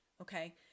Okay